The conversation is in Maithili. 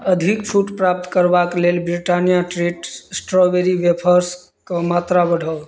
अधिक छूट प्राप्त करबाक लेल ब्रिटानिया ट्रीट्स स्ट्रॉबेरी वेफर्सके मात्रा बढ़ाउ